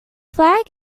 flag